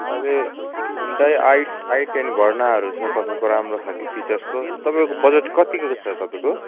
अहिले Hyundai I I ten भर्नाहरू छ तपाईँको राम्रो खालको फिचर्सको तपाईँको बजट कतिको छ तपाईँको